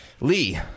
Lee